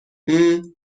ممم